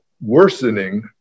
worsening